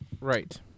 Right